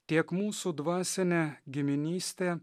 tiek mūsų dvasinė giminystė